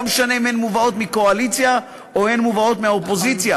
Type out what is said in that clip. לא משנה אם הן מובאות מהקואליציה או אם הן מובאות מהאופוזיציה,